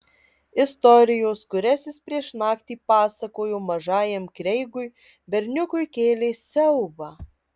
istorijos kurias jis prieš naktį pasakojo mažajam kreigui berniukui kėlė siaubą